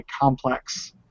complex